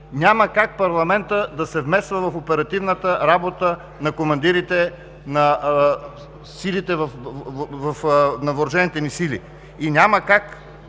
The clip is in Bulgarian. няма как парламентът да се вмесва в оперативната работа на командирите на въоръжените ни сили. Няма как